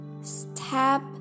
Step